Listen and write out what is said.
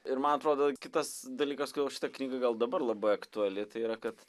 ir man atrodo kitas dalykas kodėl šita knyga gal dabar labai aktuali tai yra kad